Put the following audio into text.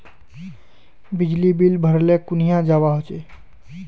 बिजली बिल भरले कुनियाँ जवा होचे?